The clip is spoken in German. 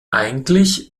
eigentlich